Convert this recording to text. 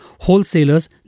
wholesalers